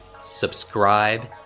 Subscribe